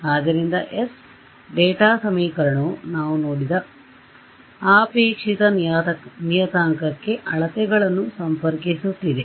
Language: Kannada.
ಆದ್ದರಿಂದ s ಡೇಟಾ ಸಮೀಕರಣವು ನಾವು ನೋಡಿದ ಅಪೇಕ್ಷಿತ ನಿಯತಾಂಕಕ್ಕೆ ಅಳತೆಗಳನ್ನು ಸಂಪರ್ಕಿಸುತ್ತಿದೆ